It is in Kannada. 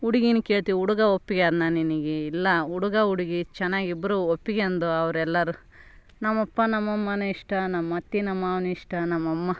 ಹುಡ್ಗೀನ್ ಕೇಳ್ತೀವಿ ಹುಡುಗ ಒಪ್ಪಿಗೆ ಆದನಾ ನಿನಗೆ ಇಲ್ಲ ಹುಡುಗ ಹುಡುಗಿ ಚೆನ್ನಾ ಇಬ್ಬರು ಒಪ್ಪಿಗೆಂಡು ಅವ್ರು ಎಲ್ಲರು ನಮ್ಮಅಪ್ಪ ನಮಮ್ಮನ ಇಷ್ಟ ನಮ್ಮಅತ್ತೆ ನಮ್ಮ ಮಾವನ ಇಷ್ಟ ನಮಮ್ಮ